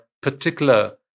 particular